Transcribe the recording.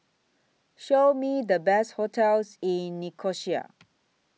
Show Me The Best hotels in Nicosia